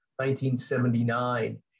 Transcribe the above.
1979